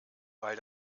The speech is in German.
weil